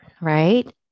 right